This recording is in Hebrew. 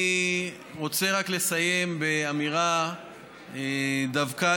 אני רוצה רק לסיים באמירה דווקא